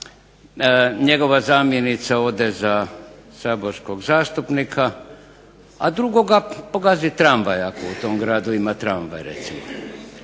njegova zamjenica ode za saborskog zastupnika, a drugoga pogazi tramvaj ako u tom gradu ima tramvaj recimo.